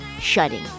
shutting